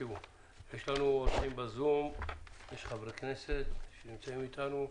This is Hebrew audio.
יש לנו אורחים בזום, יש חברי כנסת שנמצאים איתנו,